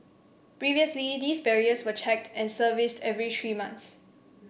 previously these barriers were checked and serviced every three months